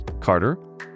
Carter